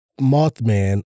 Mothman